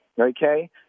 Okay